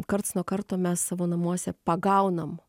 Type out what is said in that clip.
karts nuo karto mes savo namuose pagaunam